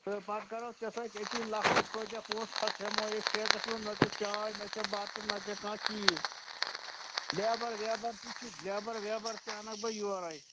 تہٕ پَتہٕ کرو ژےٚ سۭتۍ أتی لفٕظ کۭتیاہ پۅنٛسہٕ کھَس ہٮ۪مہٕ ہوے أسۍ ٹھیکَس مَنٛز نہَ چھِ چاے نہَ چھِ بَتہٕ نہَ دِ کانٛہہ چیٖز لیبر ویبر تہِ چھِ لیبر ویبر تہِ اَنَکھ بہٕ یورے